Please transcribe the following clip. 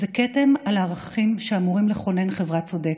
היא כתם על ערכים שאמורים לכונן חברה צודקת.